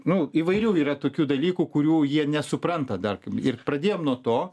nu įvairių yra tokių dalykų kurių jie nesupranta dar ir pradėjom nuo to